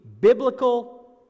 biblical